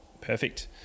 perfect